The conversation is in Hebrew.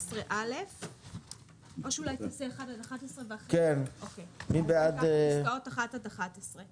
17א'. או שאולי נעשה 1 עד 11. מי בעד פסקאות 1 עד 11?